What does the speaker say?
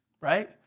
right